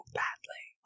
badly